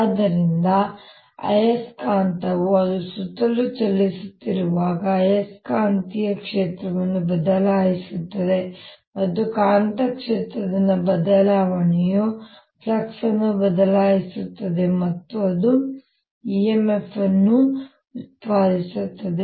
ಆದ್ದರಿಂದ ಆಯಸ್ಕಾಂತವು ಅದರ ಸುತ್ತಲೂ ಚಲಿಸುತ್ತಿರುವಾಗ ಆಯಸ್ಕಾಂತೀಯ ಕ್ಷೇತ್ರವನ್ನು ಬದಲಾಯಿಸುತ್ತದೆ ಮತ್ತು ಕಾಂತಕ್ಷೇತ್ರದಲ್ಲಿನ ಬದಲಾವಣೆಯು ಫ್ಲಕ್ಸ್ ಅನ್ನು ಬದಲಾಯಿಸುತ್ತದೆ ಮತ್ತು ಅದು emf ಅನ್ನು ಉತ್ಪಾದಿಸುತ್ತದೆ